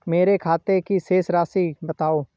मेरे खाते की शेष राशि बताओ?